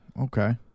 okay